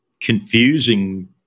confusing